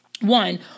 One